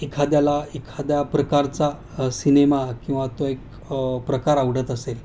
एखाद्याला एखाद्या प्रकारचा सिनेमा किंवा तो एक प्रकार आवडत असेल